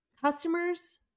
customers